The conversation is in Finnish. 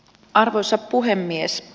arvoisa puhemies